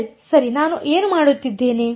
L ಸರಿ ನಾನು ಏನು ಮಾಡುತ್ತಿದ್ದೇನೆ